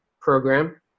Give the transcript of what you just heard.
program